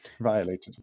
Violated